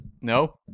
no